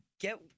get